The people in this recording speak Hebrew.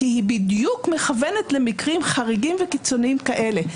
כי היא בדיוק מכוונת למקרים חריגים וקיצוניים כאלה.